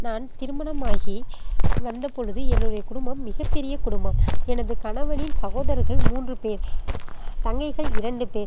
நான் திருமணமாகி வந்தபொழுது என்னுடைய குடும்பம் மிகப்பெரிய குடும்பம் எனது கணவனின் சகோதர்கள் மூன்று பேர் தங்கைகள் இரண்டு பேர்